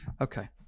Okay